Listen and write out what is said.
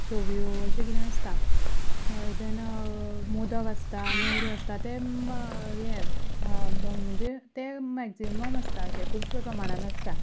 शेव्यो अशें कितें आसता देन मोदक आसता नेवऱ्यो आसता तें हें म्हणजे तें मॅक्झिमम आसता अशें खूब प्रमाणान आसता